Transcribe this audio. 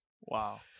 Wow